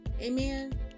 Amen